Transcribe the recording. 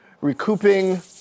Recouping